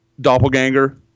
doppelganger